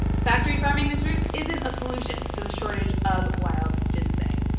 factory farming this root isn't a solution to the shortage of wild ginseng.